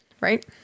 Right